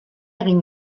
egin